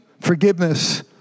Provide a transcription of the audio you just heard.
forgiveness